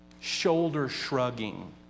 shoulder-shrugging